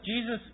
Jesus